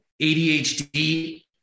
ADHD